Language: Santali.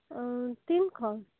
ᱚᱻ ᱛᱤᱱ ᱠᱷᱚᱱ